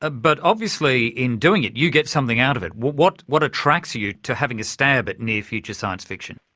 ah but obviously in doing it, you get something out of it. what what attracts you to having a stab at near-future science fiction?